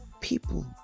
people